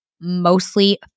mostly